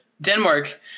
Denmark